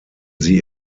sie